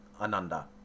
Ananda